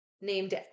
named